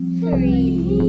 three